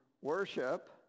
worship